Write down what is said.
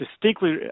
distinctly